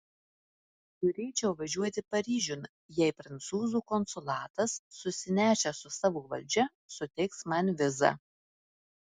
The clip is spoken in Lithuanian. turėčiau važiuoti paryžiun jei prancūzų konsulatas susinešęs su savo valdžia suteiks man vizą